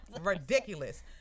ridiculous